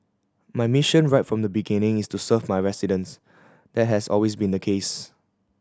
my mission right from the beginning is to serve my residents that has always been the case